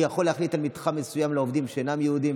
הוא יכול להחליט על מתחם מסוים לעובדים שאינם יהודים.